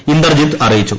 ഇന്ദർജിത്ത് അറിയിച്ചു